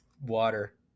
water